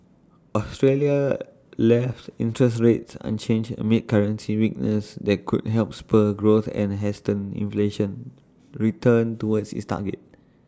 Australia left interest rates unchanged amid currency weakness that could help spur growth and hasten inflation's return towards its target